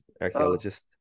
archaeologist